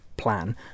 plan